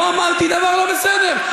לא אמרתי דבר לא בסדר.